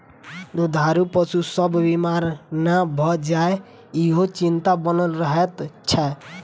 दूधारू पशु सभ बीमार नै भ जाय, ईहो चिंता बनल रहैत छै